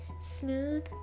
smooth